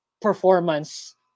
performance